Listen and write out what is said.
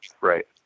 Right